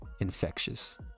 infectious